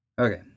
Okay